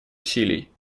усилий